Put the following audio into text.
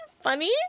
funny